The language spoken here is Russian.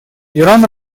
иран